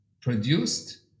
produced